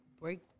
break